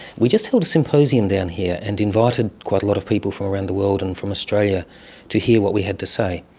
we just held a symposium down here and invited quite a lot of people from around the world and from australia to hear what we had to say.